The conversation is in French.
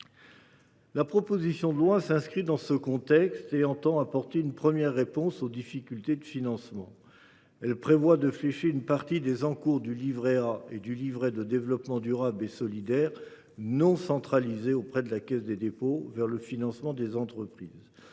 La proposition de loi s’inscrit dans ce contexte et entend apporter une première réponse aux difficultés de financement. Elle prévoit de flécher une partie des encours du livret A et du livret de développement durable et solidaire (LDDS) non centralisés auprès de la Caisse des dépôts vers le financement des entreprises